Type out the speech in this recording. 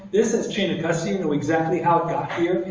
this has chain of custody. we know exactly how it got here.